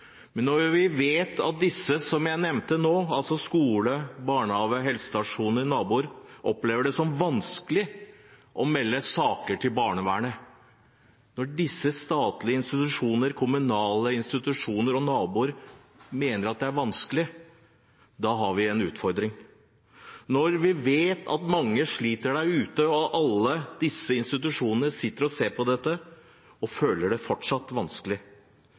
Når vi vet at disse som jeg nevnte nå, altså statlige institusjoner, kommunale institusjoner og naboer, opplever det som vanskelig å melde saker til barnevernet, da har vi en utfordring. Når vi vet at mange sliter der ute, og alle disse institusjonene sitter og ser på dette og fortsatt føler det vanskelig,